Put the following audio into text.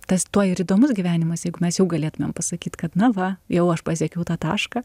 tas tuo ir įdomus gyvenimas jeigu mes jau galėtumėm pasakyti kad na va jau aš pasiekiau tą tašką